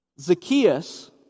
Zacchaeus